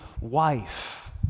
wife